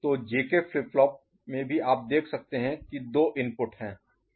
तो JK flip flop में भी आप देख सकते हैं कि दो इनपुट हैं